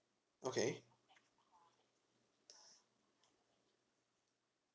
okay